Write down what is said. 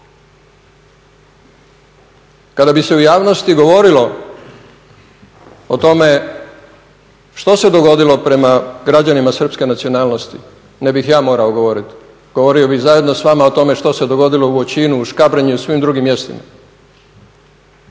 Kada bi se u javnosti govorilo o tome što se dogodilo prema građanima srpske nacionalnosti ne bih ja morao govoriti. Govorio bih zajedno sa vama o tome što se dogodilo u Voćinu, u Škabrnji, u svim drugim mjestima.